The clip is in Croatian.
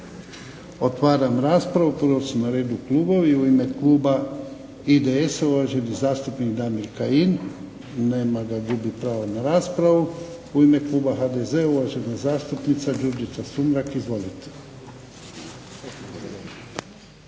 Otvaram raspravu. Prvo su na redu klubovi. U ime Kluba IDS-a uvaženi zastupnik Damir Kajin. Nema ga gubi pravo na raspravu. U ime Kluba HDZ-a uvažena zastupnica Đurđica Sumrak. Izvolite.